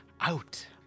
out